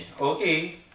Okay